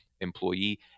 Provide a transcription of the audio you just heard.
employee